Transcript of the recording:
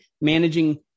managing